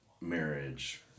marriage